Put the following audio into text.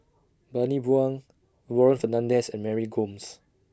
Bani Buang Warren Fernandez and Mary Gomes